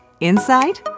Inside